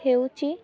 ହେଉଛି